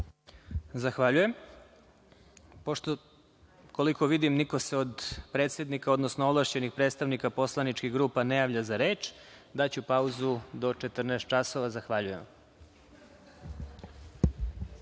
Zahvaljujem. Pošto koliko vidim niko se od predsednika, odnosno ovlašćenih predstavnika poslaničkih grupa ne javlja za reč, daću pauzu do 14 časova. Zahvaljujem